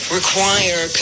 require